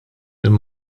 minn